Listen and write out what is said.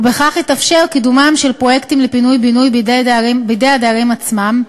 וכך יתאפשר קידומם של פרויקטים בידי הדיירים עצמם,